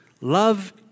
Love